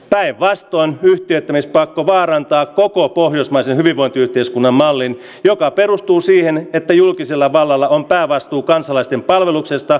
päinvastoin yhtiöittämispakko parantaa koko pohjoismaisen hyvinvointiyhteiskunnan mallin joka perustuu siihen että julkisella vallalla on päävastuu kansalaisten palveluksesta